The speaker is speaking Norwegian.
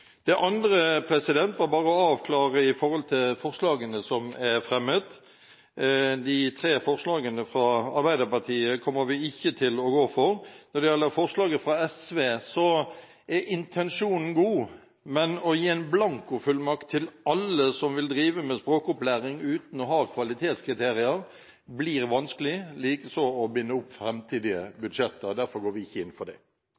Det andre gjelder en avklaring med hensyn til forslagene som er fremmet. De tre forslagene fra Arbeiderpartiet, Senterpartiet og SV kommer vi ikke til å gå for. Når det gjelder forslaget fra SV, er intensjonen god, men å gi en blankofullmakt til alle som vil drive med språkopplæring uten å ha kvalitetskriterier, blir vanskelig, likeså å binde opp framtidige budsjetter. Derfor går vi ikke inn for det.